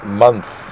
month